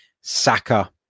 Saka